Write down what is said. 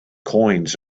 coins